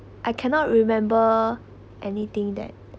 I cannot remember anything that